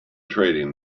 trading